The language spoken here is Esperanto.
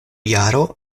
jaro